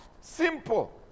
Simple